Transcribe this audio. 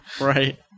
Right